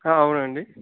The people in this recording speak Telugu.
అవునండి